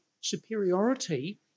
superiority